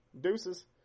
Deuces